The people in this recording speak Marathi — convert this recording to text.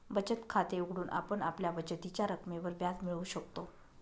बचत खाते उघडून आपण आपल्या बचतीच्या रकमेवर व्याज मिळवू शकतो